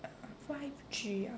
err five G ah